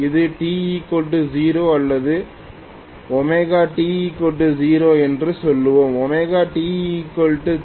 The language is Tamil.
இது t 0 அல்லது ωt0என்று சொல்வோம்